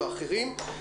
ואחרים,